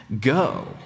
go